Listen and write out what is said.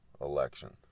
election